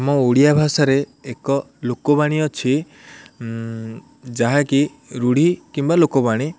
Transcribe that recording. ଆମ ଓଡ଼ିଆ ଭାଷାରେ ଏକ ଲୋକବାଣୀ ଅଛି ଯାହାକି ରୂଢ଼ି କିମ୍ବା ଲୋକବାଣୀ